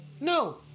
No